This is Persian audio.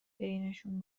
بینشون